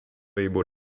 able